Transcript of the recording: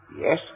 Yes